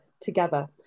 together